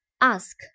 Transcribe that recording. Ask